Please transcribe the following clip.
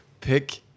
pick